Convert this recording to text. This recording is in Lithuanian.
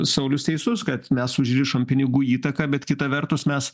saulius teisus kad mes užrišom pinigų įtaką bet kita vertus mes